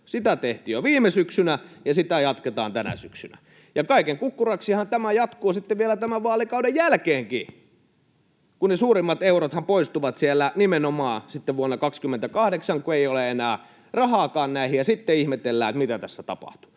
Sitä tehtiin jo viime syksynä, ja sitä jatketaan tänä syksynä. Ja kaiken kukkuraksihan tämä jatkuu sitten vielä tämän vaalikauden jälkeenkin, kun ne suurimmat eurothan poistuvat sieltä nimenomaan sitten vuonna 28, kun ei ole enää rahaakaan näihin, ja sitten ihmetellään, mitä tässä tapahtuu.